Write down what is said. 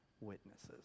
witnesses